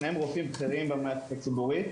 שניהם רופאים בכירים במערכת הציבורית,